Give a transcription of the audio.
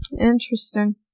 Interesting